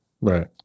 Right